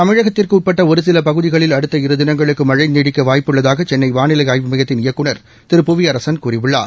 தமிழகத்திற்கு உட்பட்ட ஒரு சில பகுதிளில் அடுத்த இருதினங்களுக்கு மழழ நீடிக்க வாய்ப்பு உள்ளதாக சென்னை வானிலை ஆய்வு மையத்தின் இயக்குநர் திரு புவியரசன் கூறியுள்ளார்